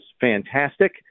fantastic